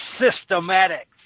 systematic